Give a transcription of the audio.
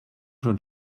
schon